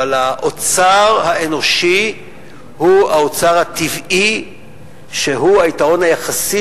אבל האוצר האנושי הוא האוצר הטבעי שהוא היתרון היחסי